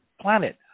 planet